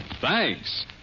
Thanks